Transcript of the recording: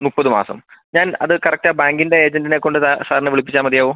മുപ്പത് മാസം ഞാൻ അത് കറക്ട് ആ ബാങ്കിൻ്റെ ഏജൻറ്റിനെ കൊണ്ട് സാറിനെ വിളിപ്പിച്ചാൽ മതിയാകുമോ